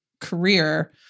career